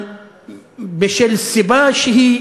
בשל סיבה שהיא